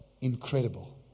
Incredible